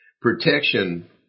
Protection